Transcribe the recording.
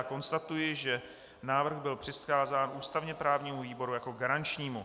Konstatuji, že návrh byl přikázán ústavněprávnímu výboru jako garančnímu.